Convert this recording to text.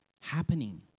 happening